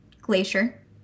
Glacier